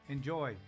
Enjoy